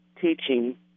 teaching